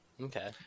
okay